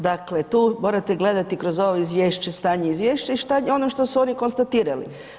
Dakle, tu morate gledati kroz ovo izvješće, stanje izvješća i ono što su oni konstatirali.